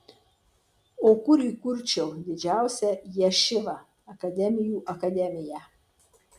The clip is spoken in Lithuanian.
o kur įkurčiau didžiausią ješivą akademijų akademiją